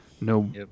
no